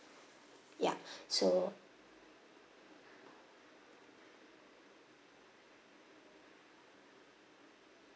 ya so